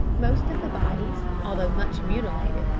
most of the bodies, although much mutilated,